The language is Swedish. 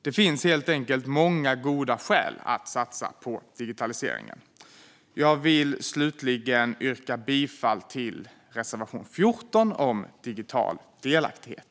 Det finns helt enkelt många goda skäl att satsa på digitaliseringen. Slutligen vill jag yrka bifall till reservation 14 om digital delaktighet.